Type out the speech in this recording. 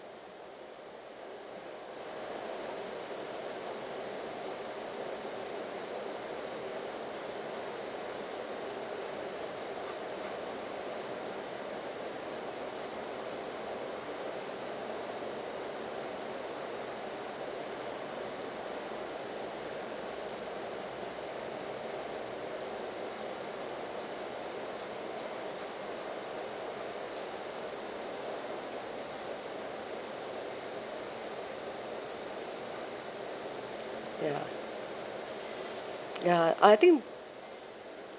ya ya I think